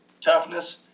toughness